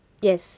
yes